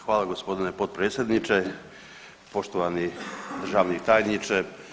Hvala gospodine potpredsjedniče, poštovani državni tajniče.